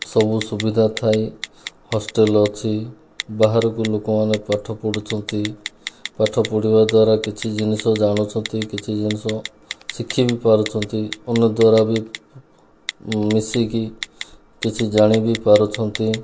ସବୁ ସୁବିଧା ଥାଇ ହଷ୍ଟେଲ ଅଛି ବାହାରକୁ ଲୋକମାନେ ପାଠ ପଢୁଛନ୍ତି ପାଠ ପଢ଼ିବା ଦ୍ୱାରା କିଛି ଜିନିଷ ଜାଣୁଛନ୍ତି କିଛି ଜିନିଷ ଶିଖି ବି ପାରୁଛନ୍ତି ଅନ୍ୟଦ୍ଵାରା ବି ମିଶିକି କିଛି ଜାଣିବି ପାରୁଛନ୍ତି